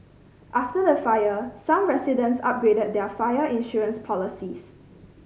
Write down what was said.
after the fire some residents upgraded their fire insurance policies